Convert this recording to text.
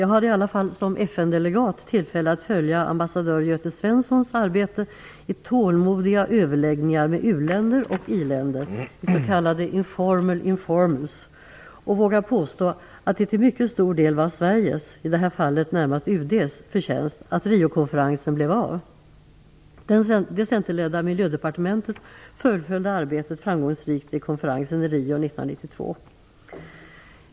Jag hade som FN delegat tillfälle att följa ambassadör Göte Svenssons arbete i tålmodiga överläggningar med u-länder och iländer i s.k. informal informals, och jag vågar påstå att det till mycket stor del var Sveriges - i det här fallet närmast UD:s - förtjänst att Riokonferensen blev av. Det centerledda Miljödepartementet fullföljde arbetet framgångsrikt vid konferensen i Rio 1992.